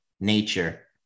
nature